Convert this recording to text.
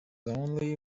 only